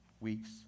weeks